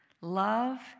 love